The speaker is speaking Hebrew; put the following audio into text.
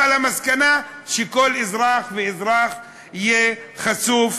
אבל המסקנה היא שכל אזרח ואזרח יהיה חשוף